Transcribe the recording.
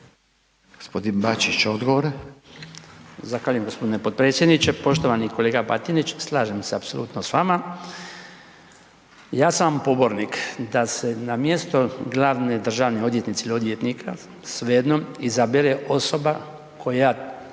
Gospodin Maras odgovor.